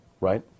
Right